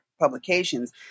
publications